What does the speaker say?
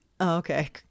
okay